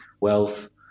wealth